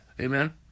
Amen